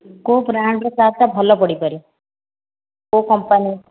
କେଉଁ ବ୍ରାଣ୍ଡ୍ର କାର୍ଟା ଭଲ ପଡ଼ିପାରେ କେଉଁ କମ୍ପାନୀ